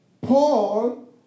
Paul